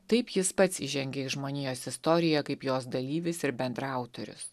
taip jis pats įžengė į žmonijos istoriją kaip jos dalyvis ir bendraautorius